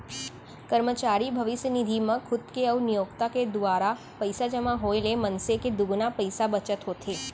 करमचारी भविस्य निधि म खुद के अउ नियोक्ता के दुवारा पइसा जमा होए ले मनसे के दुगुना पइसा बचत होथे